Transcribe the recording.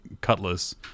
Cutlass